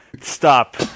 stop